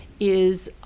is